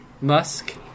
Musk